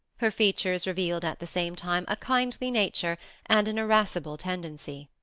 her features revealed at the same time a kindly nature and an irascible tendency.